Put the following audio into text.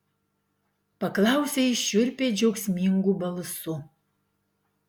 paklausė jis šiurpiai džiaugsmingu balsu